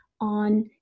on